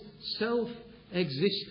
self-existent